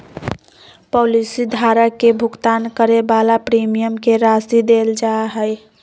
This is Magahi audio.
पॉलिसी धारक के भुगतान करे वाला प्रीमियम के राशि देल जा हइ